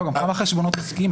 לא, גם כמה חשבונות עסקיים?